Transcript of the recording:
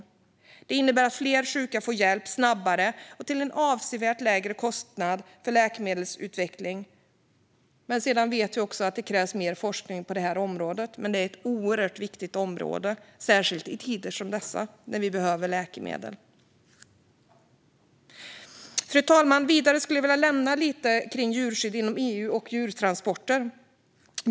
Detta innebär att fler sjuka får hjälp snabbare och till en avsevärt lägre kostnad för läkemedelsutveckling. Vi vet att det krävs mer forskning på detta område, som är oerhört viktigt, särskilt i tider som dessa när vi behöver läkemedel. Fru talman! Jag skulle vidare vilja nämna något om djurskydd inom EU och djurtransporter.